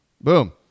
Boom